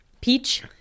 Peach